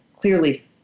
clearly